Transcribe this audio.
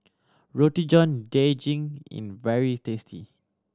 Roti John Daging in very tasty